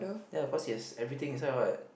ya of course it has everything inside what